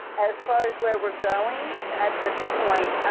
as far as where we're going at this point,